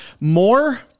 more